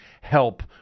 help